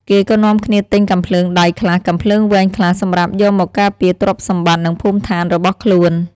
គេក៏នាំគ្នាទិញកាំភ្លើងដៃខ្លះ កាំភ្លើងវែងខ្លះ សម្រាប់យកមកការពារទ្រព្យសម្បត្ដិនិងភូមិឋានរបស់ខ្លួន។